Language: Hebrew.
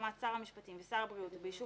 בהסכמת שרת המשפטים ושר הבריאות ובאישור